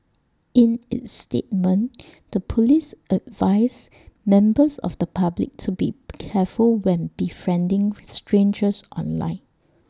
in its statement the Police advised members of the public to be careful when befriending with strangers online